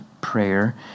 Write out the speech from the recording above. prayer